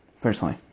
personally